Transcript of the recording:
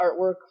artwork